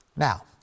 Now